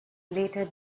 later